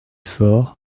fort